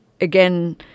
again